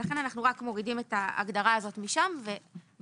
ולכן אנחנו רק מורידים את ההגדרה הזו משם ובסעיף